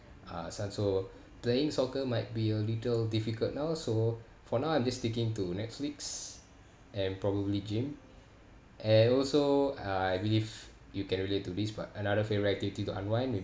uh stuff so playing soccer might be a little difficult now so for now I'm still sticking to netflix and probably gym and also uh I believe you can relate to this but another favourite activity to unwind will